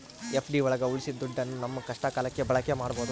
FD ಒಳಗ ಉಳ್ಸಿದ ದುಡ್ಡನ್ನ ನಮ್ ಕಷ್ಟ ಕಾಲಕ್ಕೆ ಬಳಕೆ ಮಾಡ್ಬೋದು